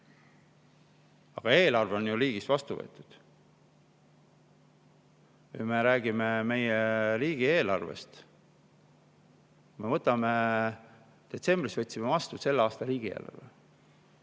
Aga eelarve on ju riigis vastu võetud! Või räägime meie riigieelarvest. Me detsembris võtsime vastu selle aasta riigieelarve